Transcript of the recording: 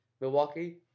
Milwaukee